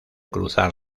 cruzar